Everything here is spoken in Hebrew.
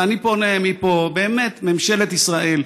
ואני פונה מפה, באמת, לממשלת ישראל: